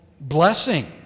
blessing